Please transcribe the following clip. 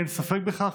אין ספק בכך.